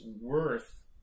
worth